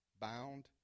bound